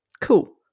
Cool